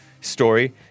story